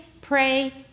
pray